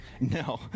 No